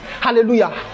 Hallelujah